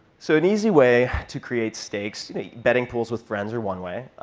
so an easy way to create stakes betting pools with friends are one way.